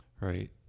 Right